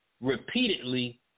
repeatedly